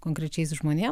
konkrečiais žmonėm